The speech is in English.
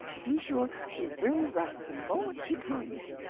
be sure she will write the moment she comes.